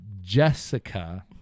Jessica